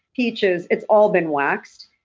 peaches, it's all been waxed.